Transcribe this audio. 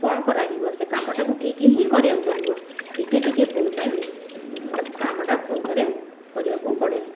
କ'ଣ କରାଯିବ ସେ କାମଟାକୁ ଠିକ୍ ହିଁ କରିବାକୁ ପଡ଼ିବ ଟିକିଏ ଟିକିଏ ଭୁଲ ପାଇଁ କାମଟା ପୁଣି ଥରେ କରିବାକୁ ପଡ଼େ